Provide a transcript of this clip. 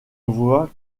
voix